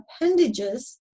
appendages